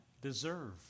deserve